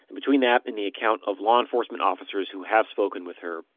and between that and the account of law enforcement officers who have spoken with her,